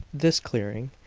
this clearing,